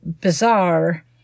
bizarre